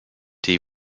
die